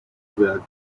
were